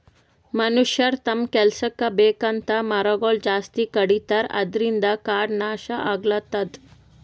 ಮನಷ್ಯರ್ ತಮ್ಮ್ ಕೆಲಸಕ್ಕ್ ಬೇಕಂತ್ ಮರಗೊಳ್ ಜಾಸ್ತಿ ಕಡಿತಾರ ಅದ್ರಿನ್ದ್ ಕಾಡ್ ನಾಶ್ ಆಗ್ಲತದ್